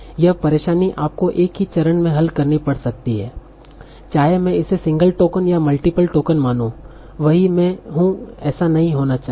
यह परेशानी आपको एक ही चरण में हल करनी पड़ सकती है चाहे मैं इसे सिंगल टोकन या मल्टीपल टोकन मानूं वही मैं हूं ऐसा नहीं होना चाहिए